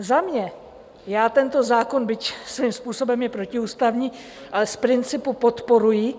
Za mě, já tento zákon, byť je svým způsobem protiústavní, z principu podporuji.